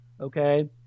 Okay